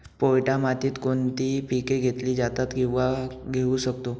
पोयटा मातीत कोणती पिके घेतली जातात, किंवा घेऊ शकतो?